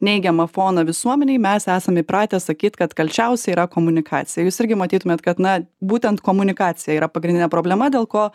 neigiamą foną visuomenėj mes esam įpratę sakyt kad kalčiausia yra komunikacija jūs irgi matytumėt kad na būtent komunikacija yra pagrindinė problema dėl ko